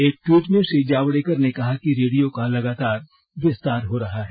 एक ट्वीट में श्री जावेडकर ने कहा कि रेडियो का लगातार विस्तार हो रहा है